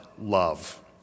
love